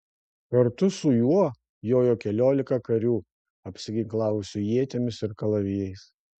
kartu su juo jojo keliolika karių apsiginklavusių ietimis ir kalavijais